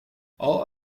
all